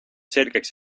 selgeks